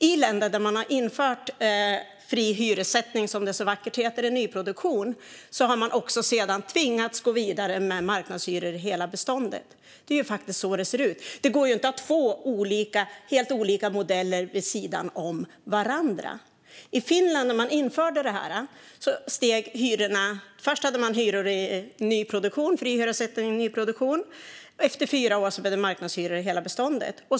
I länder där man har infört fri hyressättning, som det så vackert heter, i nyproduktion har man sedan också tvingats gå vidare med marknadshyror i hela beståndet. Det är faktiskt så det ser ut. Det går inte att ha två helt olika modeller vid sidan av varandra. När man införde detta i Finland hade man först fri hyressättning i nyproduktion, och efter fyra år blev det marknadshyror i hela beståndet.